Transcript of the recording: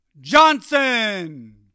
Johnson